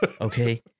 okay